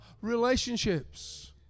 relationships